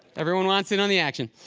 everyone wants in on the action.